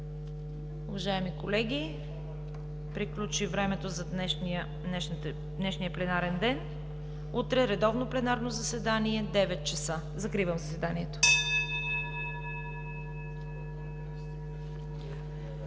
Уважаеми колеги, приключи времето за днешния пленарен ден. Утре редовно пленарно заседание от 9,00 ч. Закривам заседанието. (Звъни.)